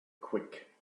quick